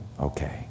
Okay